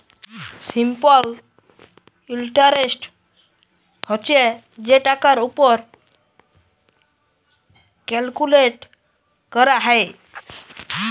simple interest হছে যে টাকার উপর ক্যালকুলেট ক্যরা হ্যয়